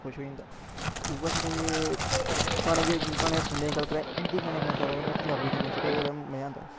दिल खुश होई जंदा उ'ऐ साढ़े गाने जे गाने सुनने गी कदें कदें हिंदी गानें कोला जैदा अहें पंजाबी गानें च गै मजा आंदा